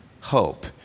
hope